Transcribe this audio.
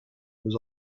was